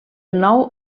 nou